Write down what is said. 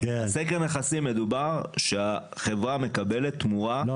סקר נכסים זה שהחברה מקבלת תמורה עבור --- לא